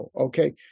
okay